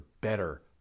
better